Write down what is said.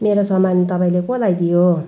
मेरो सामान तपाईँले कसलाई दियो